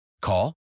Call